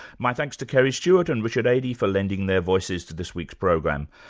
my thanks to kerry stewart and richard aedy for lending their voices to this week's program,